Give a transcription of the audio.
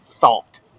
thought